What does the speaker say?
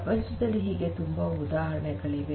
ಪ್ರಪಂಚದಲ್ಲಿ ಹೀಗೆ ತುಂಬಾ ಉದಾಹರಣೆಗಳಿವೆ